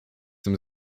tym